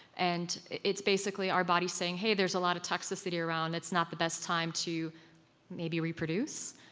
and it's basically our body saying, hey, there's a lot of toxicity around, it's not the best time to maybe reproduce,